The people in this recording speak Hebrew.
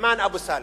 נועמאן אבו-סאלם.